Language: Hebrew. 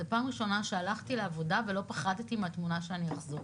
זאת פעם ראשונה שהלכתי לעבודה ולא פחדתי מהתמונה שאראה כשאני אחזור.